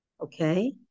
okay